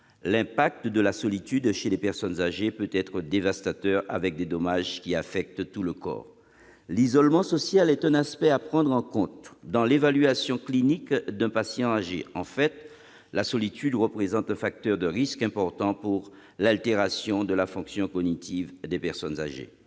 L'impact de la solitude chez les personnes âgées peut être dévastateur, avec des dommages qui affectent tout le corps. L'isolement social est un aspect à prendre en compte dans l'évaluation clinique d'un patient âgé. En fait, la solitude représente un facteur de risque important pour l'altération de la fonction cognitive des personnes âgées.